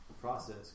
process